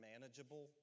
manageable